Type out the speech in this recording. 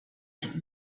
like